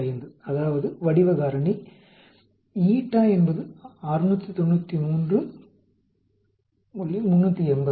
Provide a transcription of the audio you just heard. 25 அதாவது வடிவ காரணி η என்பது 693380